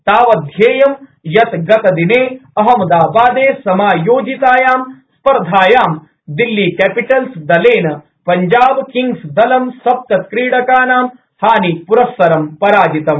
तावत् ध्येयं यत् गतदिने अहमदाबादे समायोजितायां स्पर्धायां दिल्ली कैपिटल्स दलेन पंजाब किंग्सदलं सप्त क्रीडकानां हानिप्रस्सरं पराजितम्